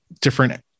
different